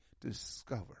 discover